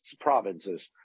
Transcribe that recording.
provinces